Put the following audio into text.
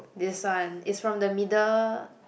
this one is from the middle